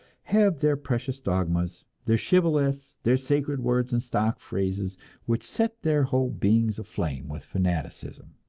have their precious dogmas, their shibboleths, their sacred words and stock phrases which set their whole beings aflame with fanaticism.